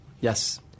Yes